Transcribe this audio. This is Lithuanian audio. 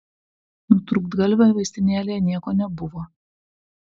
nutrūktgalvio vaistinėlėje nieko nebuvo